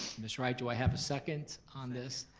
miss wright do i have a second on this?